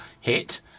hit